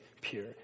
pure